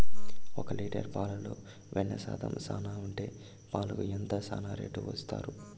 ఒక లీటర్ పాలలో వెన్న శాతం చానా ఉండే పాలకు ఎంత చానా రేటు ఇస్తారు?